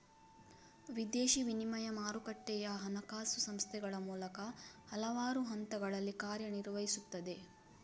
ವಿದೇಶಿ ವಿನಿಮಯ ಮಾರುಕಟ್ಟೆಯು ಹಣಕಾಸು ಸಂಸ್ಥೆಗಳ ಮೂಲಕ ಹಲವಾರು ಹಂತಗಳಲ್ಲಿ ಕಾರ್ಯ ನಿರ್ವಹಿಸುತ್ತದೆ